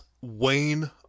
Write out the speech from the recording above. Wayne